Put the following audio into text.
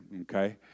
okay